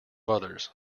others